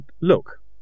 look